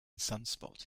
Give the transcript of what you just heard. sunspot